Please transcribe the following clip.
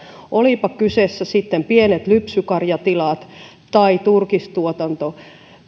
olipa kyseessä sitten pienet lypsykarjatilat tai turkistuotanto